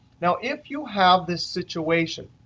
now if you have this situation,